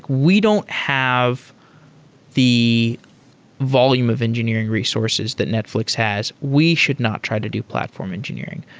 we don't have the volume of engineering resources that netflix has. we should not try to do platform engineering.